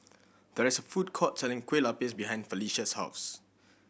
there is a food court selling Kueh Lupis behind Felisha's house